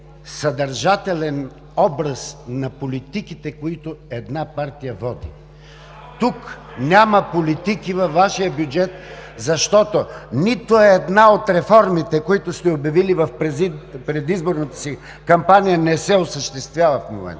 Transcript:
съдържателен образ на политиките, които една партия води. Във Вашия бюджет няма политики, защото нито една от реформите, които сте обявили в предизборната си кампания, не се осъществява в момента.